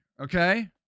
okay